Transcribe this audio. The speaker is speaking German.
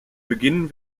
beginnen